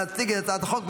להציג את הצעת החוק.